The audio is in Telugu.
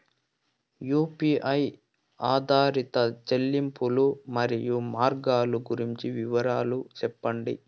యు.పి.ఐ ఆధారిత చెల్లింపులు, మరియు మార్గాలు గురించి వివరాలు సెప్పండి?